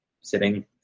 sitting